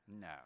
No